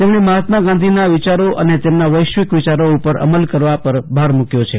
તેમણે મહાત્મા ગાંધીના વિચારો અને તેમના વૈશ્વિક વિયારો ઉપર અમલ કરવા પર ભાર મુક્યો છે